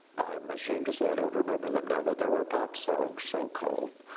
i'm ashamed to say i don't remember them now, but there were pop songs so-called.